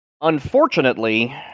Unfortunately